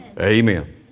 Amen